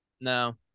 No